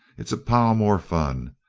it's a pile more fun.